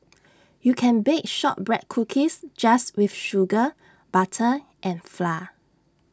you can bake Shortbread Cookies just with sugar butter and flour